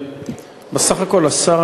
השר,